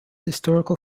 historical